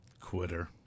Quitter